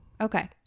okay